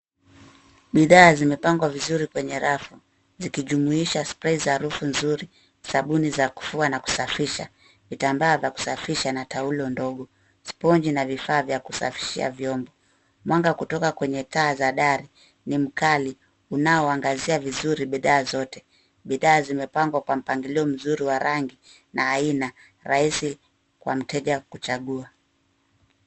Bidhaa zimepangwa vizuri kwenye rafu, zikijumuisha spray za harufu nzuri, sabuni za kufua na kusafisha, vitambaa vya kusafisha na taulo ndogo, sponji na vifaa vya kusafishia vyombo. Mwanga kutoka kwenye taa za dari ni mkali unaoangazia vizuri bidhaa zote. Bidhaa zimepangwa kwa mpangilio mzuri wa rangi na aina rahisi kwa mteja wa kuchagua.